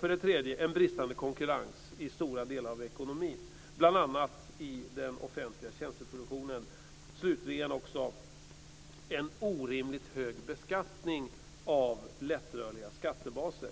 För det tredje finns det en bristande konkurrens i stora delar av ekonomin, bl.a. i den offentliga tjänsteproduktionen. För det fjärde, och slutligen, har vi en orimligt hög beskattning av lättrörliga skattebaser.